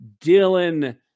Dylan